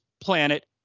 planet